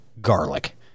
garlic